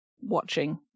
watching